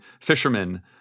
fishermen